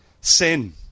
Sin